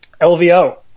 LVO